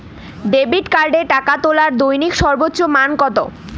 Debit কার্ডে টাকা তোলার দৈনিক সর্বোচ্চ মান কতো?